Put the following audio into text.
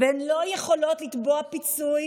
והן לא יכולות לתבוע פיצוי